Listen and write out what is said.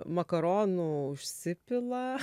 makaronų užsipila